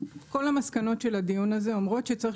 כל המסקנות של הדיון הזה אומרות שצריך